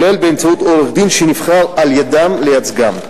כולל באמצעות עורך-דין שנבחר על-ידיהם לייצגם.